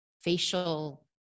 Facial